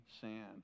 sand